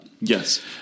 Yes